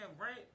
right